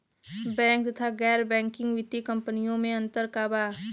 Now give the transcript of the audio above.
Bank तथा गैर banking वित्तीय कम्पनीयो मे अन्तर का बा?